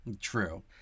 True